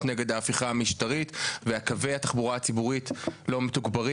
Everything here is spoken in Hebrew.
נגד ההפיכה המשטרית וקווי התחבורה הציבורית לא מתוגברים.